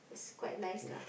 it's quite nice lah